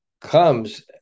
comes